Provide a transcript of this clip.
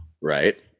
Right